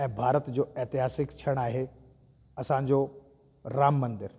ऐं भारत जो एतिहासिक क्षण आहे असांजो राम मंदरु